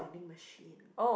machine